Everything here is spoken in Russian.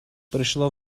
пришло